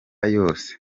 yose